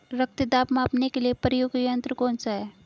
रक्त दाब मापने के लिए प्रयुक्त यंत्र कौन सा है?